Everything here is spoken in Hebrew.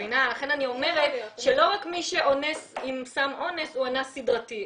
לכן אני אומרת שלא רק מי שאונס עם סם אונס הוא אנס סדרתי,